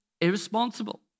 irresponsible